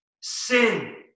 sin